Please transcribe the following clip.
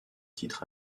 titres